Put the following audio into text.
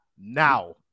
now